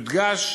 יודגש